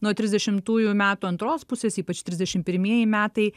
nuo trisdešimtųjų metų antros pusės ypač trisdešimt pirmieji metai